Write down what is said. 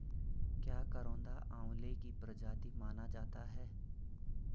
क्या करौंदा आंवले की प्रजाति माना जाता है?